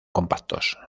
compactos